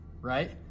right